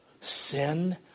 Sin